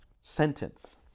sentence